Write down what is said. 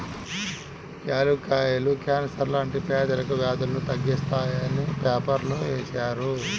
యాలుక్కాయాలు కాన్సర్ లాంటి పెమాదకర వ్యాధులను కూడా తగ్గిత్తాయని పేపర్లో వేశారు